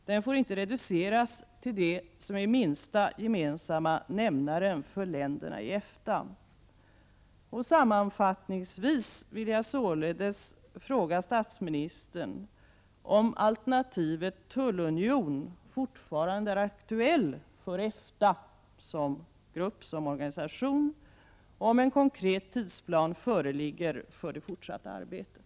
Den får inte reduceras till det som är minsta gemensamma nämnaren för länderna i EFTA. Sammanfattningsvis vill jag således fråga statsministern om alternativet tullunion fortfarande är aktuellt för EFTA som organisation och om en konkret tidsplan föreligger för det fortsatta arbetet.